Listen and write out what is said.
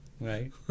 Right